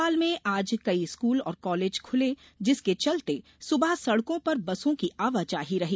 भोपाल में आज कई स्कूल और कॉलेज खुले जिसके चलते सुबह सड़कों पर बसों की आवाजाही रही